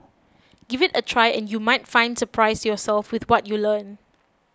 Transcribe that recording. give it a try and you might find surprise yourself with what you learn